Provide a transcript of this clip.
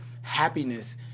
Happiness